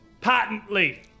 Patently